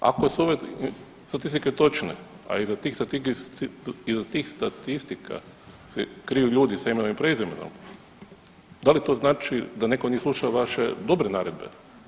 Ako su ove statistike točne, a iza tih statistika se kriju ljudi s imenom i prezimenom, da li to znači da netko nije slušao vaše dobre naredbe?